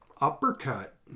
Uppercut